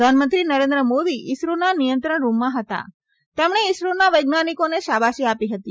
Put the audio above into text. પ્રધાનમંત્રી નરેન્દ્ર મોદી ઈસરોના નિયંત્રણ રૂમમાં હતા તેમણે ઈસરોના વૈજ્ઞાનિકોને શાબાશી આપી હતી